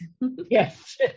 Yes